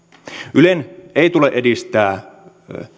ylen ei tule edistää